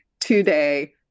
today